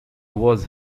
was